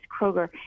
Kroger